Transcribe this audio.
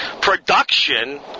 production